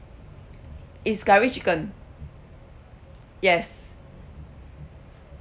it's curry chicken yes